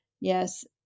yes